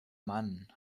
mann